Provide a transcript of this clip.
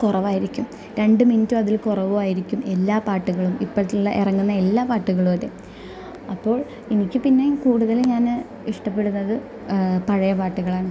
കുറവായിരിക്കും രണ്ട് മിനിറ്റോ അതിൽ കുറവോ ആയിരിക്കും എല്ലാ പാട്ടുകളും ഇപ്പോൾ ഉള്ള ഇറങ്ങുന്ന എല്ലാ പാട്ടുകളും അതെ അപ്പോൾ എനിക്ക് പിന്നെയും കൂടുതൽ ഞാൻ ഇഷ്ടപ്പെടുന്നത് പഴയ പാട്ടുകളാണ്